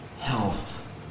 health